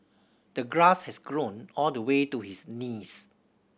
the grass has grown all the way to his knees